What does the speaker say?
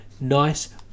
nice